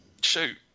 Shoot